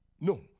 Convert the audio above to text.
no